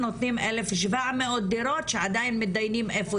נותנים 1700 דירות שעדיין מתדיינים איפה